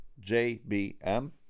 JBM